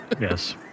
Yes